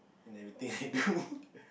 in everything I do